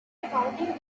accounting